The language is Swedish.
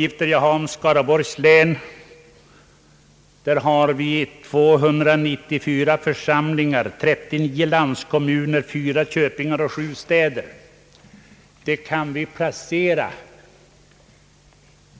I Skaraborgs län finns 294 församlingar, 39 landskommuner, 4 köpingar och 7 städer. Alla dessa kan vi placera enbart